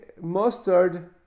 mustard